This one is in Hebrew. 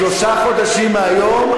שלושה חודשים מהיום,